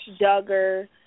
Duggar